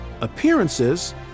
appearances